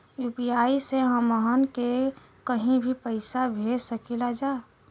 UPI से हमहन के कहीं भी पैसा भेज सकीला जा?